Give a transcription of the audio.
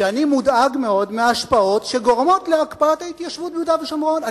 שאני מודאג מאוד מההשפעות שגורמות להקפאת ההתיישבות ביהודה ושומרון.